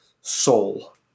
soul